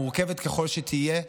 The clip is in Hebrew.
מורכבת ככל שתהיה,